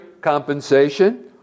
compensation